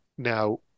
Now